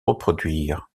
reproduire